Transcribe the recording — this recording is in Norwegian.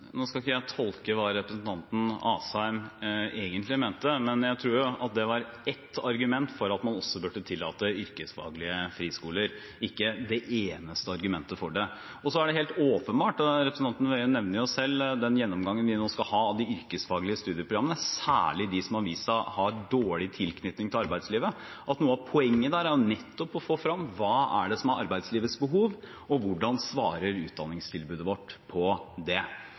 Nå skal ikke jeg tolke hva representanten Asheim egentlig mente, men jeg tror det var ett argument for at man også burde tillate yrkesfaglige friskoler, ikke det eneste argumentet for det. Så er det helt åpenbart – representanten nevner jo selv den gjennomgangen vi nå skal ha av de yrkesfaglige studieprogrammene, særlig de som har vist seg å ha dårlig tilknytning til arbeidslivet – at noe av poenget nettopp er å få frem hva som er arbeidslivets behov, og hvordan utdanningstilbudet vårt svarer på det.